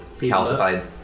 calcified